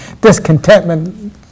discontentment